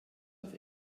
auf